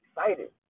excited